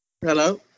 Hello